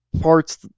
parts